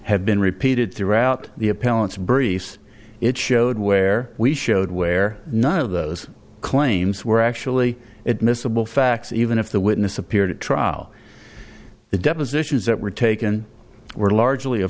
had been repeated throughout the appellant's briefs it showed where we showed where none of those claims were actually it miscible facts even if the witness appeared at trial the depositions that were taken were largely